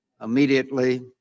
immediately